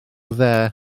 dde